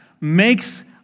makes